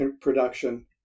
production